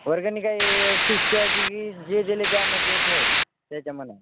वर्गणी काय फिक्स ठेवायची की जे दिले त्या मते ठेवायची त्याच्या म्हणा